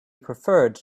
preferred